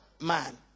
man